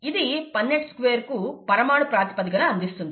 ఇది Punnett square కు పరమాణు ప్రాతిపదికను అందిస్తుంది